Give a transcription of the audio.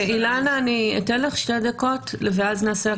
אילנה, אני אתן לך שתי דקות ואז נעשה הקראה.